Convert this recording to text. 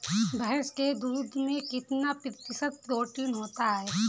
भैंस के दूध में कितना प्रतिशत प्रोटीन होता है?